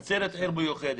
נצרת היא עיר מיוחדת.